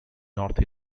north